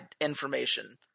information